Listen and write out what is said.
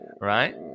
right